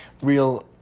real